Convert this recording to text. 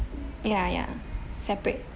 ya ya separate